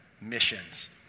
missions